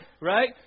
right